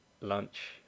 lunch